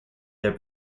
their